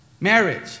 Marriage